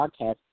podcast